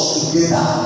together